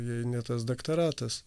jei ne tas doktoratas